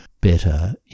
better